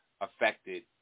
affected